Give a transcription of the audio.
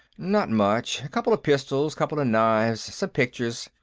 not much. couple of pistols, couple of knives, some pictures.